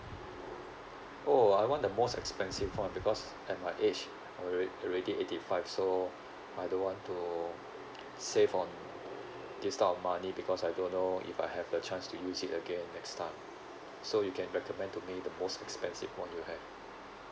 oh I want the most expensive one because at my age alrea~ already eighty five so I don't want to save on this type of money because I don't know if I have the chance to use it again next time so you can recommend to me the most expensive model you have